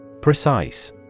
Precise